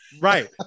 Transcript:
Right